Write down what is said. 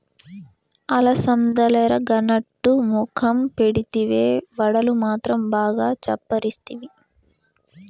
అలసందలెరగనట్టు మొఖం పెడితివే, వడలు మాత్రం బాగా చప్పరిస్తివి